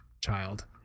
child